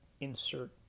insert